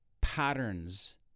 patterns